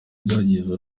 byagize